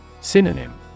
Synonym